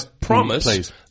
promise